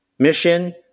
Mission